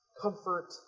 Comfort